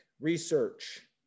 research